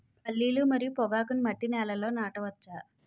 పల్లీలు మరియు పొగాకును మట్టి నేలల్లో నాట వచ్చా?